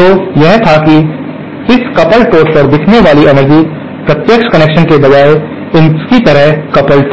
तो यह था कि यह इस कपल्ड पोर्ट पर दिखने वाली एनर्जी प्रत्यक्ष कनेक्शन के बजाय इसकी तरह कपल्ड थी